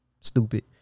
Stupid